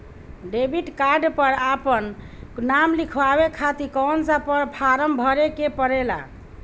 Debit card पर आपन नाम लिखाये खातिर कौन सा फारम भरे के पड़ेला?